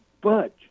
budge